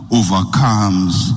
overcomes